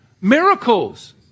Miracles